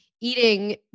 eating